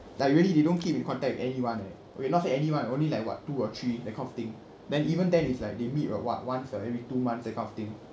like really they don't keep in contact with anyone eh well not say anyone only like what two or three that kind of thing then even then it's like they meet uh what once or every two months that kind of thing